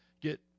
get